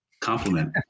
compliment